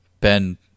Ben